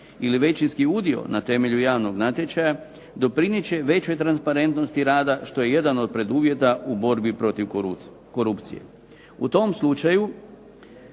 ili većinski udio na temelju javnog natječaja, doprinijet će većoj transparentnosti rada što je jedan od preduvjeta u borbi protiv korupcije. U tom slučaju